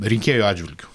rinkėjų atžvilgiu